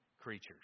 creatures